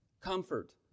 comfort